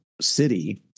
city